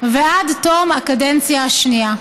ועד תום הקדנציה השנייה.